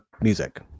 music